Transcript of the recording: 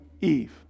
Eve